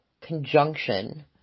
conjunction